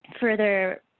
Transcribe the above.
further